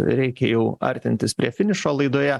reikia jau artintis prie finišo laidoje